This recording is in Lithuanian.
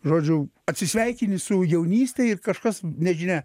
žodžiu atsisveikini su jaunyste ir kažkas nežinia